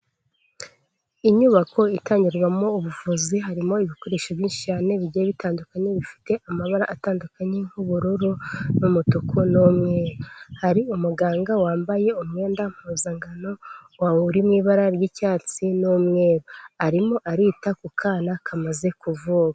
Inyubako itangirwamo ubuvuzi, harimo ibikoresho byinshi cyane bigiye bitandukanye bifite amabara atandukanye, nk'ubururu n'umutuku n'umweru, hari umuganga wambaye umwenda mpuzankano uri mu ibara ry'icyatsi n'umweru, arimo arita ku kana kamaze kuvuka.